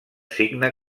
signe